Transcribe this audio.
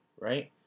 right